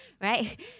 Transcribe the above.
right